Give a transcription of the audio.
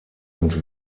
und